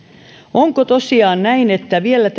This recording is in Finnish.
onko tosiaan näin että vielä